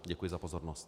Děkuji za pozornost.